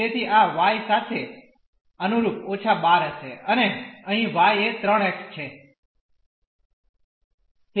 તેથી આ y સાથે અનુરૂપ −12 હશે અને અહીં y એ 3 x તેથી 3 હશે